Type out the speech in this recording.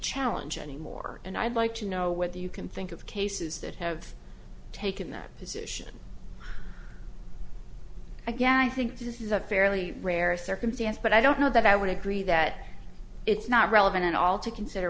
challenge anymore and i'd like to know whether you can think of cases that have taken that position again i think this is a fairly rare circumstance but i don't know that i would agree that it's not relevant at all to consider